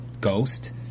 ghost